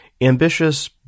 ambitious